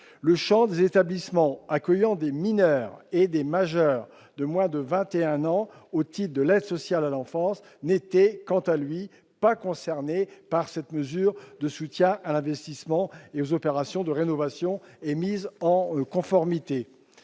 Le champ des établissements accueillant des mineurs et des majeurs de moins de vingt et un ans au titre de l'aide sociale à l'enfance n'était quant à lui pas concerné par cette mesure de soutien à l'investissement et aux opérations de rénovation et mises en conformité.